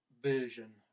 version